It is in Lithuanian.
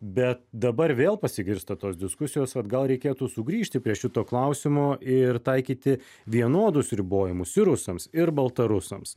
bet dabar vėl pasigirsta tos diskusijos vat gal reikėtų sugrįžti prie šito klausimo ir taikyti vienodus ribojimus ir rusams ir baltarusams